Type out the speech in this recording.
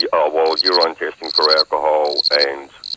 yeah oh well, urine testing for alcohol and